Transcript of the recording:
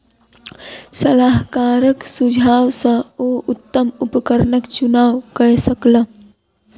सलाहकारक सुझाव सॅ ओ उत्तम उपकरणक चुनाव कय सकला